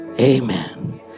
amen